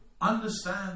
understand